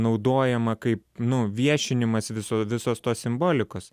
naudojama kaip nu viešinimas viso visos tos simbolikos